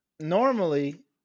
Normally